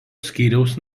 skyriaus